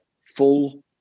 full